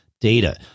data